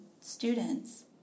students